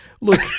Look